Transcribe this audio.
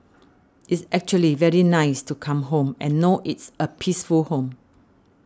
it's actually very nice to come home and know it's a peaceful home